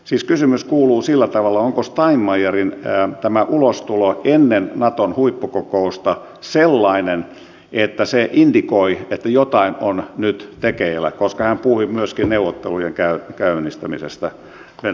siis kysymys kuuluu sillä tavalla että onko tämä steinmeierin ulostulo ennen naton huippukokousta sellainen että se indikoi että jotain on nyt tekeillä koska hän puhui myöskin neuvottelujen käynnistämisestä venäjän kanssa